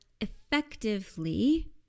effectively